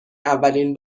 اولین